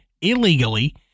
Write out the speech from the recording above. illegally